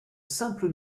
simple